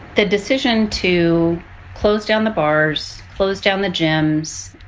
the decision to close down the bars, closed down the gyms,